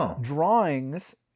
drawings